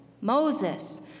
Moses